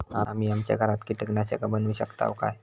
आम्ही आमच्या घरात कीटकनाशका बनवू शकताव काय?